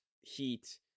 Heat